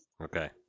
Okay